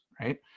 right